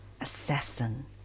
assassin